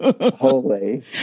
Holy